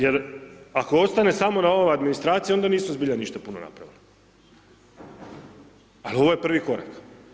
Jer ako ostane samo na ovoj administraciji onda nisu zbilja ništa puno napravili ali ovo je prvi korak.